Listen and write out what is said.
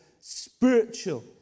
spiritual